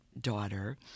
daughter